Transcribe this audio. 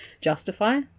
justify